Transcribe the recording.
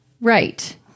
Right